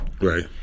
Right